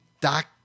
Doc